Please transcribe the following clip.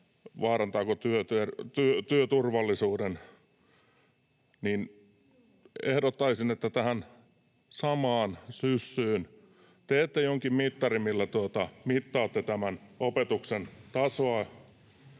vaarantaako työturvallisuuden, niin ehdottaisin, että tähän samaan syssyyn teette jonkin mittarin, millä mittaatte tämän opetuksen tasoa,